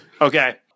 Okay